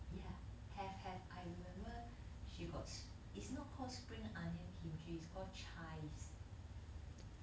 ya have have I remember she got it's not called spring onion kimchi is called chives